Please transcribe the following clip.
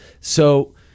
So-